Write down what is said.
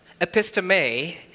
episteme